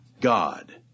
God